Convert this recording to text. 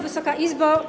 Wysoka Izbo!